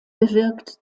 bewirkt